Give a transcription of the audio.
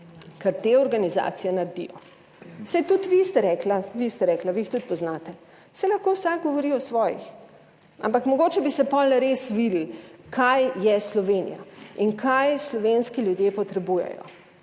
kar te organizacije naredijo. Saj tudi vi ste rekla, vi ste rekli, vi jih tudi poznate, saj lahko vsak govori o svojih, ampak mogoče bi se potem res videlo, kaj je Slovenija in kaj slovenski ljudje potrebujejo.